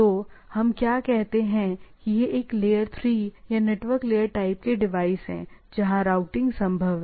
तो हम क्या कहते हैं कि यह एक लेयर 3 या नेटवर्क लेयर टाइप के डिवाइस है जहां राउटिंग संभव है